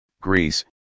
Greece